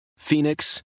Phoenix